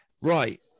right